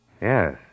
Yes